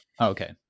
Okay